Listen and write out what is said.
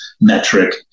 metric